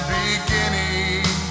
beginning